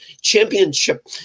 Championship